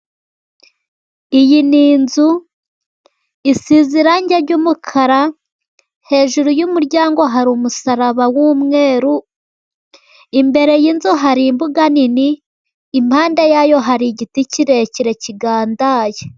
Iyi ni inzu isize irangi ry'umukara. How ejuru y'umuryango hari umusaraba w'umweru. Imbere y'inzu hari imbuga nini. Impande yayo hari igiti kirekire kigandaye.